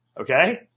okay